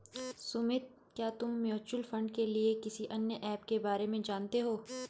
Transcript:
सुमित, क्या तुम mutual fund के लिए किसी अन्य ऐप के बारे में जानते हो?